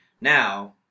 now